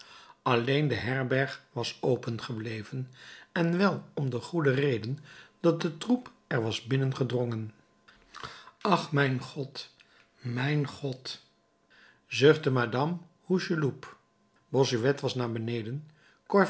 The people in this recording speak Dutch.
alleen de herberg was open gebleven en wel om de goede reden dat de troep er was binnengedrongen ach mijn god mijn god zuchtte madame hucheloup bossuet was naar beneden